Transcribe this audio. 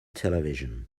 television